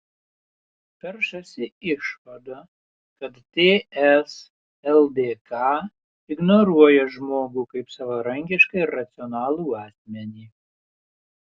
peršasi išvada kad ts ldk ignoruoja žmogų kaip savarankišką ir racionalų asmenį